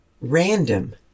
random